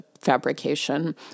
fabrication